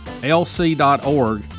Lc.org